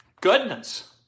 Goodness